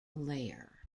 layer